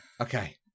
Okay